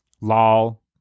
Lol